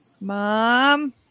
Mom